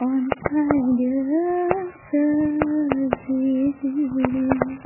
अनसायदो सोरजिगिरि